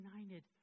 united